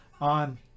on